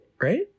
Right